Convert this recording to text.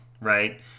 right